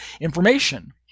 information